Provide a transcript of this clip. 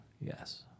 Yes